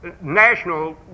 National